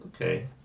Okay